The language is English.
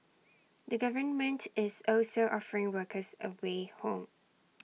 the government is also offering workers A way home